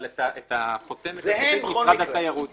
אבל את החותמת הסופית משרד התיירות ייתן.